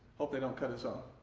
hope they don't cut us off.